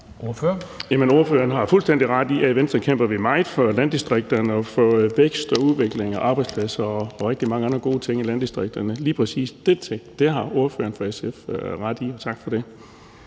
ordføreren har fuldstændig ret i, at i Venstre kæmper vi meget for landdistrikterne og for vækst og udvikling og arbejdspladser og rigtig mange andre gode ting i landdistrikterne. Lige præcis de ting har ordføreren for SF ret i – tak for det.